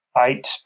eight